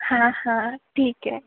हां हां ठीक आहे